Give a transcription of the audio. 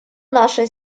нашей